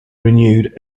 renewed